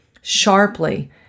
sharply